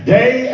day